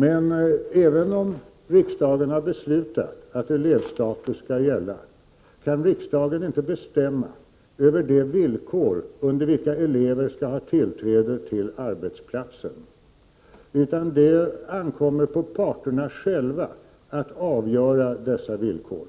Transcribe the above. Men även om riksdagen har beslutat att elevstatus skall gälla, kan riksdagen inte bestämma över de villkor under vilka elever skall ha tillträde till arbetsplatsen. Det ankommer på parterna själva att avgöra dessa villkor.